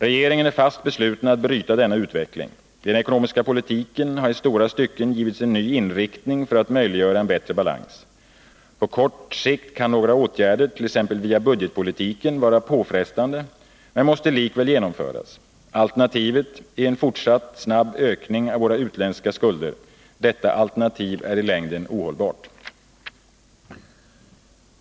Regeringen är fast besluten att bryta denna utveckling. Den ekonomiska politiken har i långa stycken givits en ny inriktning för att möjliggöra en bättre balans. På kort sikt kan några åtgärder t.ex. via budgetpolitiken vara påfrestande men måste likväl genomföras. Alternativet är en fortsatt snabb ökning av våra utländska skulder. Detta alternativ är i längden ohållbart.